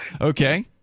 Okay